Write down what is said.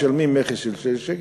משלמים מכס של 6 שקל,